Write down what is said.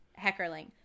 heckerling